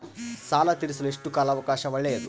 ಸಾಲ ತೇರಿಸಲು ಎಷ್ಟು ಕಾಲ ಅವಕಾಶ ಒಳ್ಳೆಯದು?